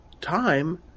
time